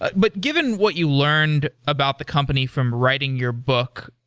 ah but given what you learn about the company from writing your book,